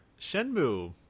shenmue